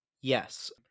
Yes